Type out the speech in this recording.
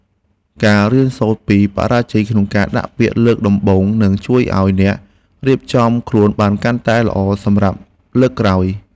ការរៀនសូត្រពីបរាជ័យក្នុងការដាក់ពាក្យលើកដំបូងនឹងជួយឱ្យអ្នករៀបចំខ្លួនបានកាន់តែល្អសម្រាប់លើកក្រោយ។